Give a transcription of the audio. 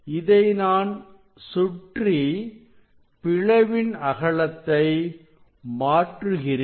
இதை நான் சுற்றி பிளவின் அகலத்தை மாற்றுகிறேன்